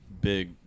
big